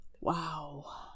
Wow